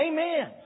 Amen